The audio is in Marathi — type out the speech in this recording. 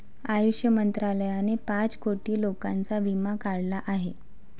आयुष मंत्रालयाने पाच कोटी लोकांचा विमा काढला आहे